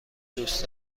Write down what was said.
دوست